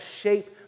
shape